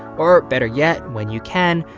or better yet, when you can,